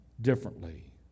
differently